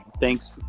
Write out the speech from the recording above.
Thanks